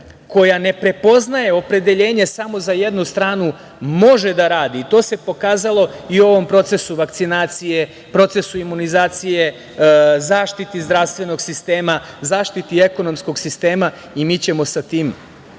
koja ne prepoznaje opredeljenje samo za jednu stranu može da radi. I to se pokazalo u ovom procesu vakcinacije, procesu imunizacije, zaštiti zdravstvenog sistema, zaštite ekonomskog sistema i mi ćemo sa tim